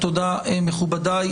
תודה, מכובדיי.